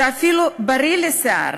שאפילו בריא לשיער,